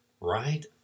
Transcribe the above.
Right